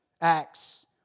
acts